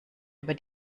über